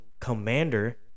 commander